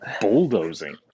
bulldozing